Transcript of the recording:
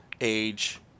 age